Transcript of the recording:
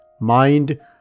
mind